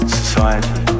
society